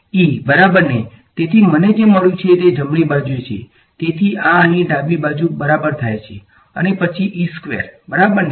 E બરાબર ને તેથી મને જે મળ્યું છે તે જમણી બાજુએ છે તેથી આ અહીં ડાબી બાજુ બરાબર થાય છે અને પછી E સ્કેવરબરાબરને